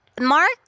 mark